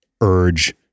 urge